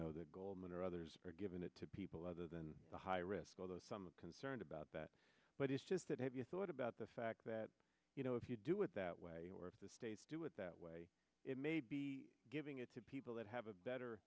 know that goldman or others are giving it to people other than the high risk some of concerned about that but it's just that have you thought about the fact that you know if you do it that way or if the states do it that way it may be giving it to people that have a better